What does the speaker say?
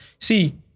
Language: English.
See